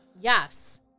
Yes